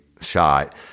shot